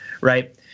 Right